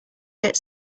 get